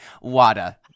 Wada